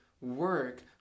work